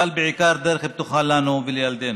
אבל בעיקר, דרך פתוחה לנו ולילדינו.